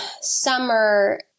summer